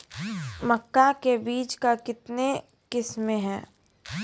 मक्का के बीज का कितने किसमें हैं?